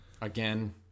again